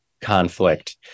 conflict